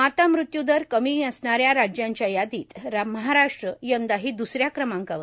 मातामृत्यू दर कमी असणाऱ्या राज्यांच्या यादीत महाराष्ट्र यंदाही द्रसऱ्या क्रमांकावर